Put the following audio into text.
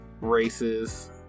races